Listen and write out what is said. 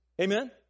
Amen